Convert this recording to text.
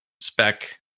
spec